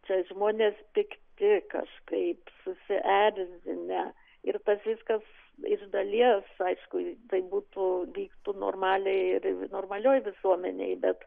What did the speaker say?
čia žmonės pikti kažkaip susierzinę ir tas viskas iš dalies aišku tai būtų vyktų normaliai ir normalioj visuomenėj bet